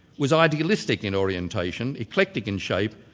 was idealistic in orientation, eclectic in shape,